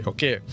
Okay